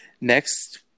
next